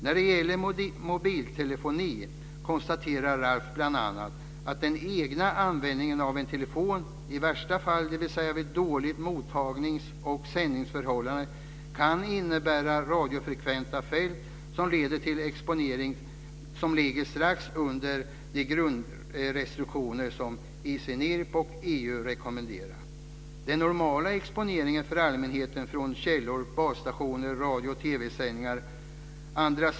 När det gäller mobiltelefoni konstaterar RALF bl.a. att den egna användningen av en telefon i värsta fall, dvs. vid dåliga mottagnings och sändningsförhållanden, kan innebära radiofrekventa fält som leder till exponering som ligger strax under de grundrestriktioner som ICNIRP och EU rekommenderar.